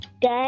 Good